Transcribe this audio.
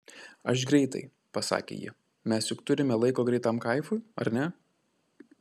aš greitai pasakė ji mes juk turime laiko greitam kaifui ar ne